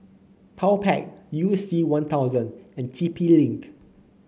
Powerpac You C One Thousand and T P Link